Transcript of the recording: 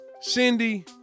Cindy